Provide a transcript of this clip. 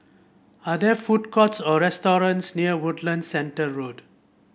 are there food courts or restaurants near Woodlands Centre Road